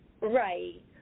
Right